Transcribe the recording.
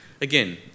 Again